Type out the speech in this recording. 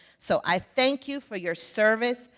so i thank you for your service,